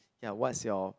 ya what's your